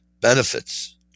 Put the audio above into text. Benefits